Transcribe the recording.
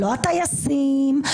לא הטייסים,